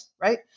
right